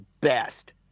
best